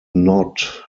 not